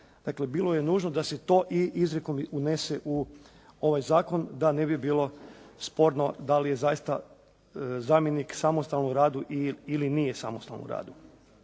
Dakle, bilo je nužno da se to i izrijekom unese u ovaj zakon da ne bi bilo sporno da li je zaista zamjenik samostalan u radu ili nije samostalan u radu.